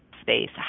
space